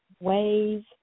ways